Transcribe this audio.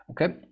okay